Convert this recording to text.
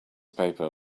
paper